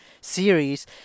series